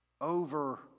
over